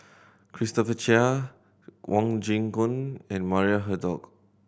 Christopher Chia Wong Kin Jong and Maria Hertogh